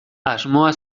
asmoa